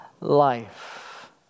life